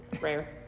Rare